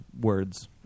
words